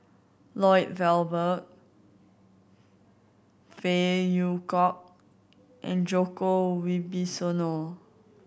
Lloyd Valberg Phey Yew Kok and Djoko Wibisono